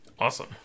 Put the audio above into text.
Awesome